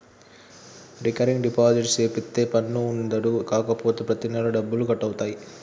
recurring deposit సేపిత్తే పన్ను ఉండదు కాపోతే ప్రతి నెలా డబ్బులు కట్ అవుతాయి